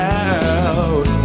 out